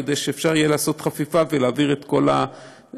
כדי שיהיה אפשר לעשות חפיפה ולהעביר את כל הידע